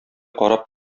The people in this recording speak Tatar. карап